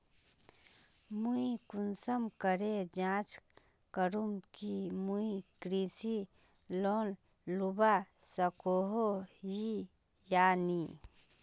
मुई कुंसम करे जाँच करूम की मुई कृषि लोन लुबा सकोहो ही या नी?